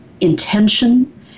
intention